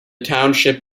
township